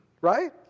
right